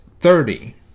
thirty